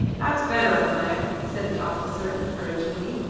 that's better, almayer, said the officer encouragingly.